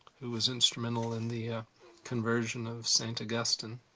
who was instrumental in the conversion of st. augustine.